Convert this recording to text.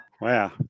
wow